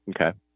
Okay